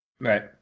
Right